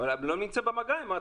אבל הם לא נמצאים במגע עם אנשים.